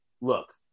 look